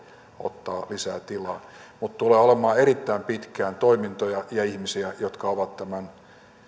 ottaa lisää tilaa mutta tulee olemaan erittäin pitkään toimintoja ja ihmisiä jotka ovat tämän